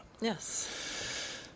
Yes